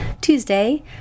Tuesday